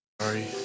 Sorry